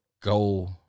go